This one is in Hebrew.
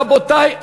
רבותי,